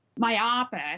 myopic